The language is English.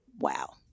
Wow